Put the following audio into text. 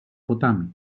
ποτάμι